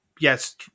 Yes